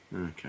Okay